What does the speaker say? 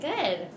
good